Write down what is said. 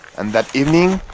and that evening,